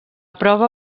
prova